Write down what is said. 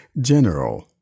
General